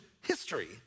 history